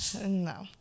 No